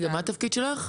סליחה, מה תפקידך?